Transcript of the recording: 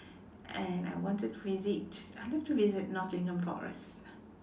and I wanted to visit I love to visit Nottingham forest